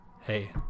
Hey